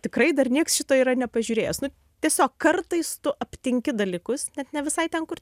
tikrai dar nieks šito yra nepažiūrėjęs nu tiesiog kartais tu aptinki dalykus net ne visai ten kur